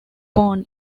born